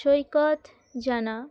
সৈকত জানা